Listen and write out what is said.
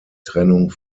trennung